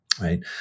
right